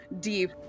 deep